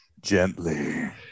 Gently